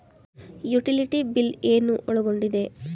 Utility bill ಏನು ಒಳಗೊಂಡಿದೆ?